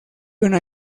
una